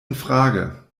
infrage